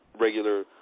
regular